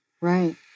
Right